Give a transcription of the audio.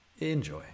Enjoy